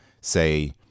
say